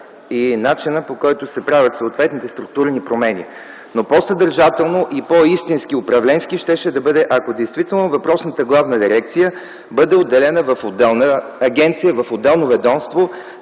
и начина, по който се правят съответните структурни промени, но по-съдържателно и по-истински управленски щеше да бъде, ако действително въпросната главна дирекция бъде отделена в отделна агенция, в отделно ведомство,